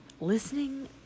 listening